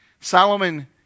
Solomon